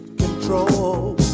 control